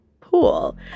pool